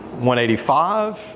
185